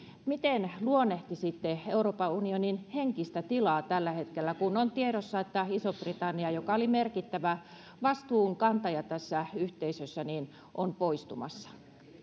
miten luonnehtisitte euroopan unionin henkistä tilaa tällä hetkellä kun on tiedossa että iso britannia joka oli merkittävä vastuunkantaja tässä yhteisössä on poistumassa